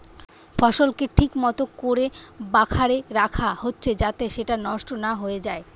ফসলকে ঠিক মতো কোরে বাখারে রাখা হচ্ছে যাতে সেটা নষ্ট না হয়ে যায়